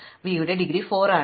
v യുടെ degree 4 ആണെന്ന് പറയും